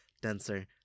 denser